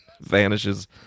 vanishes